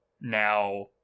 now